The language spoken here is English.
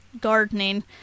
gardening